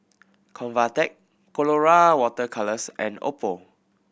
Convatec Colora Water Colours and Oppo